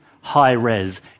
high-res